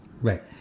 right